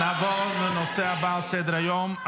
נעבור לנושא הבא על סדר-היום,